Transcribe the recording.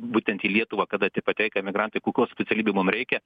būtent į lietuvą kada tie pateikia imigrantai kokių specialybių mum reikia